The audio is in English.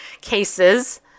cases